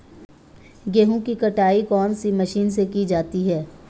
गेहूँ की कटाई कौनसी मशीन से की जाती है?